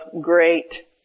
great